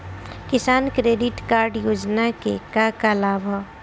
किसान credit card योजना के का का लाभ ह?